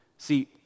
See